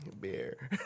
Beer